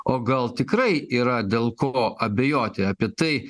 o gal tikrai yra dėl ko abejoti apie tai